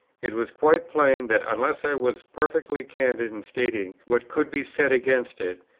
it was quite plain that, unless i was perfectly candid in stating what could be said against it,